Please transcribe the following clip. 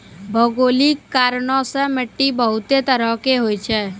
भौगोलिक कारणो से माट्टी बहुते तरहो के होय छै